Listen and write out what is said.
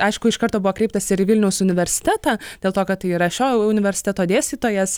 aišku iš karto buvo kreiptasi ir į vilniaus universitetą dėl to kad tai yra šio universiteto dėstytojas